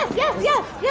yes, yes. yeah